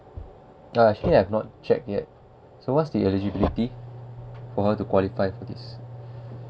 uh actually I have not check yet so what's the eligibility for want to qualify to this